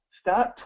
start